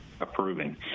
approving